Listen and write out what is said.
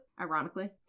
Ironically